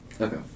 Okay